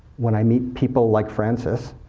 when i meet people like francis,